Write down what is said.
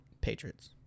Patriots